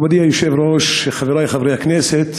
מכובדי היושב-ראש, חברי חברי הכנסת